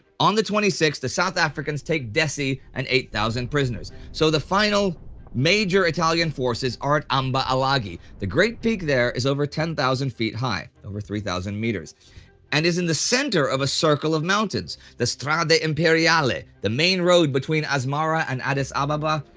on the twenty sixth, the south africans take dessie and eight thousand prisoners. so the final major italian forces are at amba alagi. the great peak there is over ten thousand feet high over three thousand meters and is the center of a circle of mountains. the strada imperiale, the main road between asmara and addis ababa,